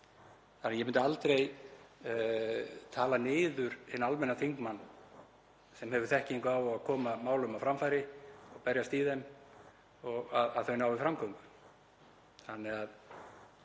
Þannig að ég myndi aldrei tala niður hinn almenna þingmann sem hefur þekkingu á að koma málum á framfæri og berjast í þeim, að þau nái framgöngu.